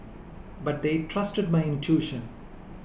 but they trusted my intuition